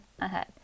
ahead